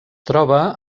troba